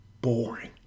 boring